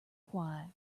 choral